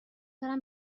برم